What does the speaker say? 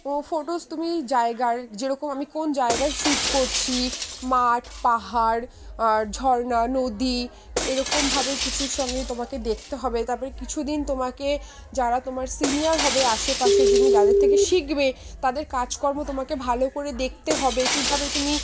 ও photos তুমি জায়গার যেরকম আমি কোন জায়গায় শ্যুট করছি মাঠ পাহাড় আর ঝর্না নদী এইরকমভাবে কিছুর সঙ্গে তোমাকে দেখতে হবে তার পরে কিছু দিন তোমাকে যারা তোমার সিনিয়র হবে আশেপাশে তুমি যাদের থেকে শিখবে তাদের কাজকর্ম তোমাকে ভালো করে দেখতে হবে কীভাবে তুমি